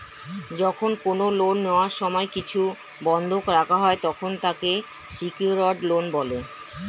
যখন কোন লোন নেওয়ার সময় কিছু বন্ধক রাখা হয়, তখন তাকে সিকিওরড লোন বলে